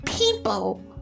People